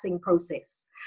process